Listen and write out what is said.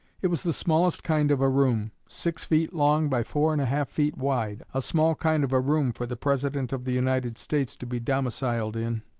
it was the smallest kind of a room, six feet long by four and a half feet wide a small kind of a room for the president of the united states to be domiciled in